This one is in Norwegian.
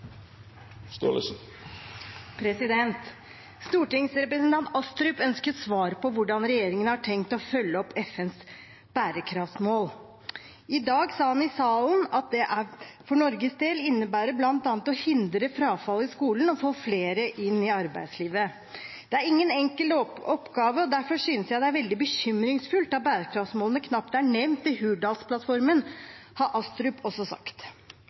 Astrup ønsker svar på hvordan regjeringen har tenkt å følge opp FNs bærekraftsmål. I dag sa han i salen at det for Norges del innebærer bl.a. å hindre frafall i skolen og få flere inn i arbeidslivet. «Det er ingen enkel oppgave, og derfor synes jeg det er veldig bekymringsfullt at bærekraftsmålene knapt er nevnt i Hurdalsplattformen», har Astrup også sagt.